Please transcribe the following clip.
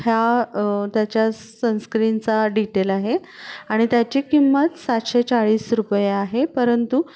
ह्या त्याच्या सनस्क्रीनचा डिटेल आहे आणि त्याची किंमत सातशे चाळीस रुपये आहे परंतु